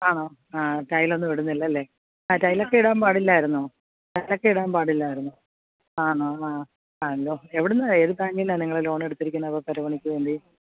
ആണോ ആ ടൈലൊന്നും ഇടുന്നില്ല അല്ലേ ആ ടൈലൊക്കെ ഇടാന് പാടില്ലായിരുന്നോ ടൈലൊക്കെ ഇടാന് പാടില്ലായിരുന്നോ ആണോ ആ എവിടെ നിന്നാണ് ഏതു ബാങ്കിൽ നിന്നാണ് നിങ്ങൾ ലോൺ എടുത്തിരിക്കുന്നത് അപ്പോൾ പെര പണിക്ക് വേണ്ടി